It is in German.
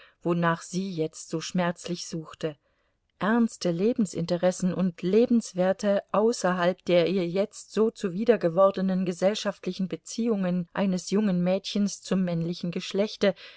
wonach sie jetzt so schmerzlich suchte ernste lebensinteressen und lebenswerte außerhalb der ihr jetzt so zuwider gewordenen gesellschaftlichen beziehungen eines jungen mädchens zum männlichen geschlechte